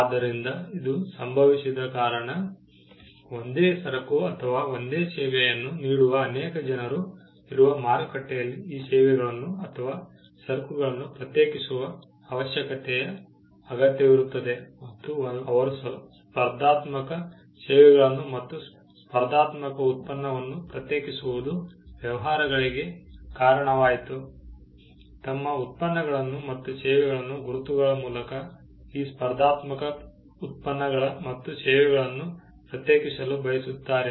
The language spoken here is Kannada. ಆದ್ದರಿಂದ ಇದು ಸಂಭವಿಸಿದ ಕಾರಣ ಒಂದೇ ಸರಕು ಅಥವಾ ಒಂದೇ ಸೇವೆಯನ್ನು ನೀಡುವ ಅನೇಕ ಜನರು ಇರುವ ಮಾರುಕಟ್ಟೆಯಲ್ಲಿ ಈ ಸೇವೆಗಳನ್ನು ಅಥವಾ ಸರಕುಗಳನ್ನು ಪ್ರತ್ಯೇಕಿಸುವ ಅವಶ್ಯಕತೆಯ ಅಗತ್ಯವಿರುತ್ತದೆ ಮತ್ತು ಅವರು ಸ್ಪರ್ಧಾತ್ಮಕ ಸೇವೆಗಳನ್ನು ಮತ್ತು ಸ್ಪರ್ಧಾತ್ಮಕ ಉತ್ಪನ್ನವನ್ನು ಪ್ರತ್ಯೇಕಿಸುವುದು ವ್ಯವಹಾರಗಳಿಗೆ ಕಾರಣವಾಯಿತು ತಮ್ಮ ಉತ್ಪನ್ನಗಳನ್ನು ಮತ್ತು ಸೇವೆಗಳನ್ನು ಗುರುತುಗಳ ಮೂಲಕ ಈ ಸ್ಪರ್ಧಾತ್ಮಕ ಉತ್ಪನ್ನಗಳು ಮತ್ತು ಸೇವೆಗಳನ್ನು ಪ್ರತ್ಯೇಕಿಸಲು ಬಯಸುತ್ತಾರೆ